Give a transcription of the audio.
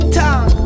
time